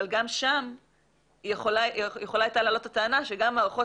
אבל גם שם יכולה הייתה לעלות הטענה שגם מערכות